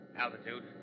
Altitude